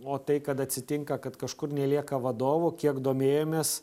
o tai kad atsitinka kad kažkur nelieka vadovų kiek domėjomės